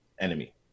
enemy